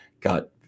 got